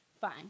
fine